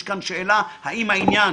נשאלת השאלה: האם העניין